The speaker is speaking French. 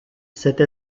cette